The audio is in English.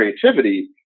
creativity